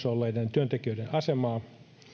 olleiden työntekijöiden asemaa